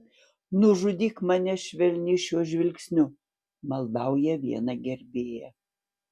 nužudyk mane švelniai šiuo žvilgsniu maldauja viena gerbėja